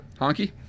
honky